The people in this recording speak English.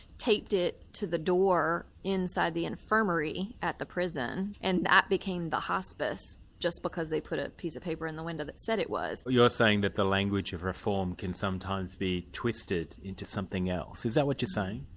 taped it to the door inside the infirmary at the prison, and that became the hospice, just because they put a piece of paper in the window that said it was. but you're saying that the language of reform can sometimes be twisted into something else, is that what you're saying?